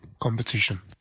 competition